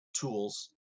tools